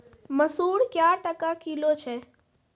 मसूर क्या टका किलो छ?